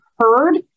heard